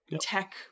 tech